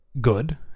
good